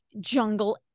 Jungle